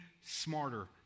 smarter